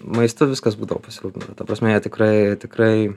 maistu viskas būdavo pasirūpinta ta prasme jie tikrai tikrai